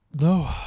no